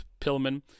Pillman